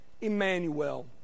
Emmanuel